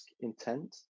intent